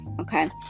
okay